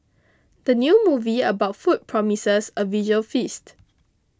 the new movie about food promises a visual feast